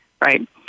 right